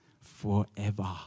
forever